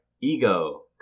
ego